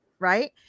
Right